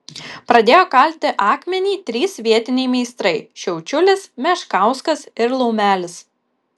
pradėjo kalti akmenį trys vietiniai meistrai šiaučiulis meškauskas ir laumelis